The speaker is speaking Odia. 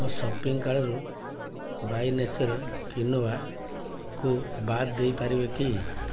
ମୋ ସପିଂ କାଳରୁ ବାଇ ନେଚର୍ କ୍ୱିନୋଭାକୁ ବାଦ ଦେଇପାରିବେ କି